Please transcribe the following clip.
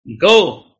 go